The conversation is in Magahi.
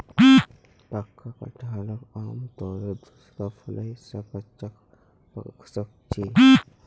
पक्का कटहलक आमतौरत दूसरा फलेर हिस्सा कच्चा खबा सख छि